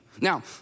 Now